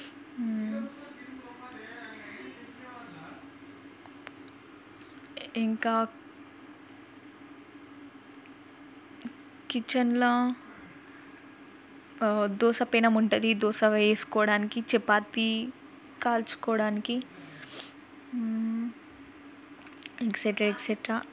ఇంకా కిచెన్లో దోశ పెనం ఉంటుంది దోశ వేసుకోవడానికి చపాతీ కాల్చుకోవడానికి ఎట్ సెటరా ఎట్ సెటారా